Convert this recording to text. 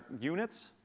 units